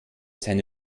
seine